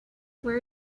where